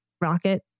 rocket